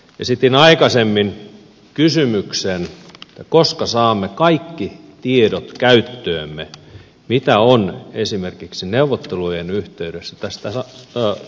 esitin aikaisemmin kysymyksen että koska saamme kaikki tiedot käyttöömme mitä on esimerkiksi neuvottelujen yhteydessä tästä käsittelyssä ollut